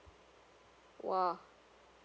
!wow!